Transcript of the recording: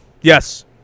yes